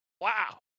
Wow